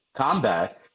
combat